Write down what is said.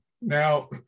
Now